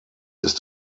ist